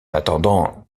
attendant